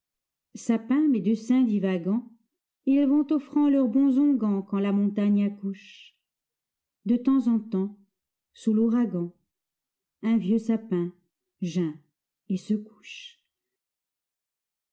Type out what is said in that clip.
demoiselles sapins médecins divagants ils vont offrant leurs bons onguents quand la montagne accouche de temps en temps sous l'ouragan un vieux sapin geint et se couche